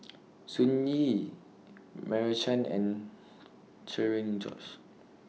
Sun Yee Meira Chand and Cherian George